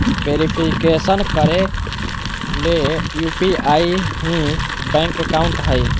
verification करे ले UPI ही बैंक अकाउंट हइ